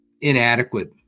inadequate